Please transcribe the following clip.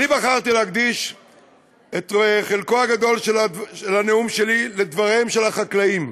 בחרתי להקדיש את חלקו הגדול של הנאום שלי לדבריהם של החקלאים.